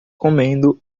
comendo